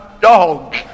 dog